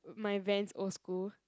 err my Vans old school